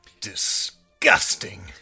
Disgusting